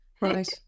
Right